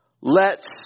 lets